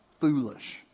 foolish